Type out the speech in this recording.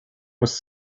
was